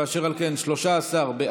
ואשר על כן: 13 בעד,